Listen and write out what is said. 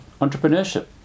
entrepreneurship